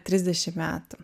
trisdešim metų